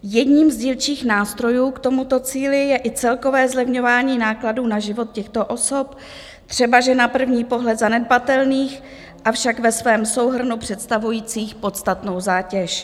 Jedním z dílčích nástrojů k tomuto cíli je i celkové zlevňování nákladů na život těchto osob, třebaže na první pohled zanedbatelných, avšak ve svém souhrnu představujících podstatnou zátěž.